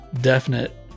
definite